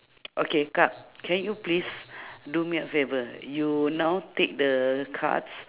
okay kak can you please do me a favour you now take the cards